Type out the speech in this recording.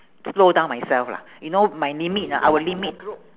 slow down myself lah you know my limit ah our limit